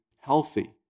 healthy